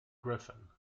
griffin